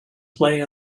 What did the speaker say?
play